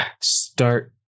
start